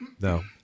No